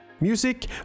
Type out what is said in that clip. Music